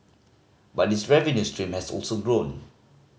but its revenue stream has also grown